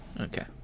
okay